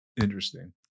Interesting